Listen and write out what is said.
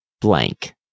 blank